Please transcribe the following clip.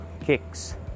kicks